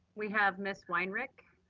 we have ms. weinrich